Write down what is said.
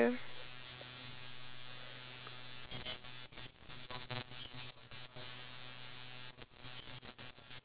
explain to them how this straw is being made so that they can actually produce more of those straws so that it will be much more easier for them